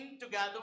together